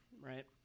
right